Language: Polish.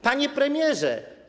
Panie Premierze!